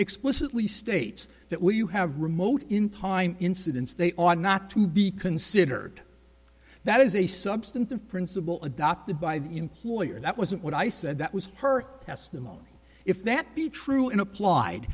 explicitly states that when you have remote in time incidents they ought not to be considered that is a substantive principle adopted by the employer that wasn't what i said that was her testimony if that be true in applied